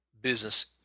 business